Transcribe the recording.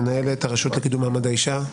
מנהלת הרשות לקידום מעמד האישה,